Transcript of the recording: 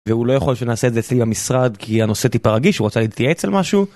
והוא לא יכול שנעשה את זה אצלי במשרד כי הנושא טיפה רגיש, הוא רצה להתייעץ על משהו.